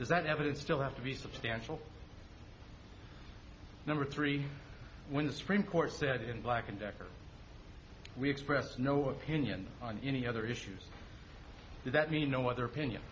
is that evidence still have to be substantial number three when the supreme court said in black and decker we express no opinion on any other issues does that mean know what their opinion